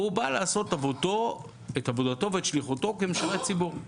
הוא בא לעשות את עבודתו ואת שליחותו כמשרת ציבור.